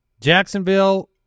Jacksonville